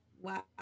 wow